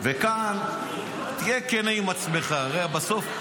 וכאן תהיה כן עם עצמך: הרי בסוף,